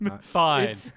fine